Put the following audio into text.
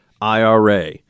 IRA